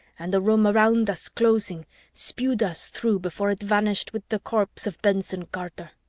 and the room around us closing spewed us through before it vanished with the corpse of benson-carter.